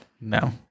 No